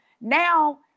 Now